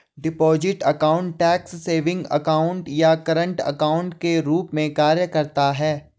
deposit account tax savings account या current account के रूप में कार्य करता है